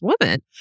woman